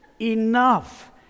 enough